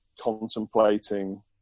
contemplating